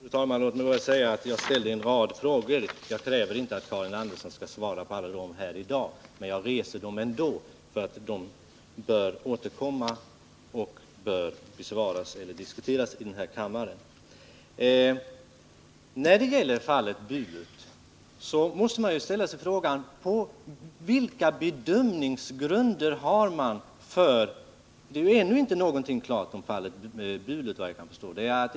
Fru talman! Låt mig bara säga att jag ställde en rad frågor. Jag kräver inte att Karin Andersson skall svara på alla dessa här i dag, men jag har ställt dem ändå, eftersom de bör återkomma och besvaras eller diskuteras i kammaren. Beträffande fallet Bulut är ännu inte något klart, vad jag förstår.